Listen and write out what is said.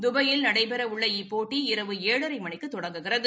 துபாயில் நடைபெறவுள்ள இப்போட்டி இரவு ஏழரை மணிக்கு தொடங்குகிறது